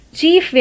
Chief